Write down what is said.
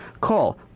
Call